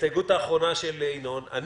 ההסתייגות האחרונה של ינון אזולאי,